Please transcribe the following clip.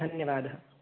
धन्यवादः